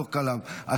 לחלוק עליו,